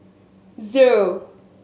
zero